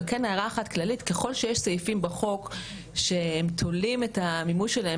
אבל הערה אחת כללית: ככל שיש סעיפים בחוק שתולים את המימוש שלהם